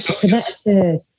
connected